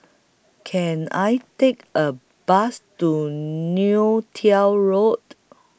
Can I Take A Bus to Neo Tiew Road